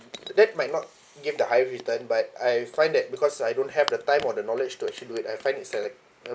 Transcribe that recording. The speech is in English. that might not give the high return but I find that because I don't have the time or the knowledge to actually do it I find it's uh like